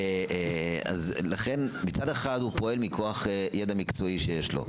אז מצד אחד הוא פועל מכוח ידע מקצועי שיש לו,